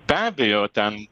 be abejo ten